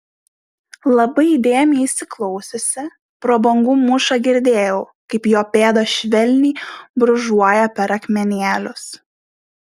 labai įdėmiai įsiklausiusi pro bangų mūšą girdėjau kaip jo pėdos švelniai brūžuoja per akmenėlius